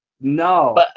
No